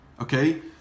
Okay